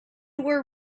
were